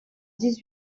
dix